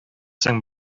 соң